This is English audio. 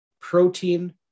Protein